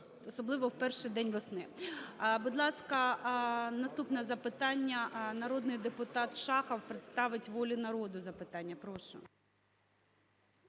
особливо в перший день весни. Будь ласка, наступне запитання. Народний депутат Шахов представить "Волі народу"